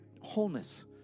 wholeness